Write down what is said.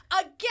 again